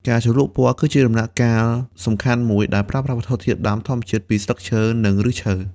ការជ្រលក់ពណ៌ គឺជាដំណាក់កាលសំខាន់មួយ ដែលប្រើប្រាស់វត្ថុធាតុដើមធម្មជាតិពីស្លឹកឈើ និងឫសឈើ។